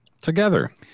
together